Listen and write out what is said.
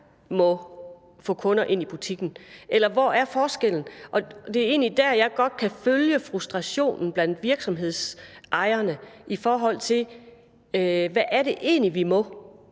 må få kunder ind i butikken? Eller hvad er forskellen? Og det er egentlig der, hvor jeg godt kan følge frustrationen blandt virksomhedsejerne, altså i forhold til hvad det egentlig er, de må.